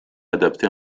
adapté